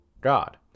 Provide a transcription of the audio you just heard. God